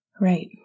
Right